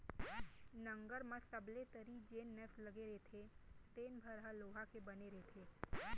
नंगर म सबले तरी जेन नस लगे रथे तेने भर ह लोहा के बने रथे